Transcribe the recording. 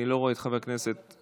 אני לא רואה את יושב-ראש ועדת החוקה